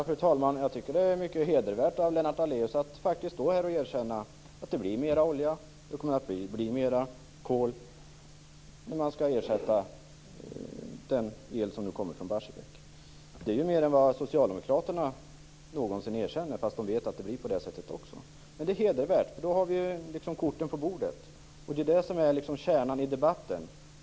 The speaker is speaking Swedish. Fru talman! Jag tycker att det är mycket hedervärt av Lennart Daléus att stå här och erkänna att det blir mer olja och mer kol när man skall ersätta den el som nu kommer från Barsebäck. Det är mer än vad socialdemokraterna någonsin erkänner, fastän de också vet att det blir på det sättet. Det är hedervärt. Då har vi korten på bordet. Det är det som är kärnan i debatten.